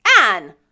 Anne